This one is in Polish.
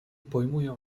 pojmuję